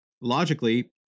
logically